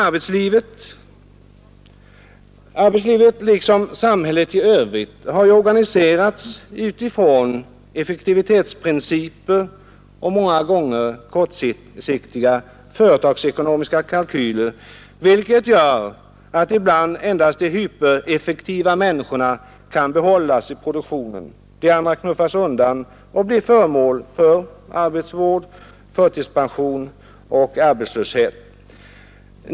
Arbetslivet har liksom samhället i övrigt organiserats från effektivitetsprinciper och många gånger kortsiktiga företagsekonomiska kalkyler, vilket har gjort att endast de hypereffektiva människorna ibland kan behållas i produktionen; de andra knuffas undan och blir förmål för arbetsvård och förtidspension eller också blir de arbetslösa.